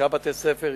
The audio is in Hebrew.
חמישה בתי-ספר,